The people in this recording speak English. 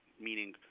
meaning